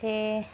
ते